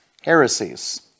heresies